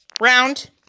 round